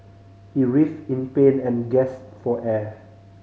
he writhed in pain and gasped for air